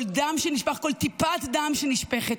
כל דם שנשפך, כל טיפת דם שנשפכת,